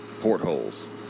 portholes